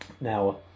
Now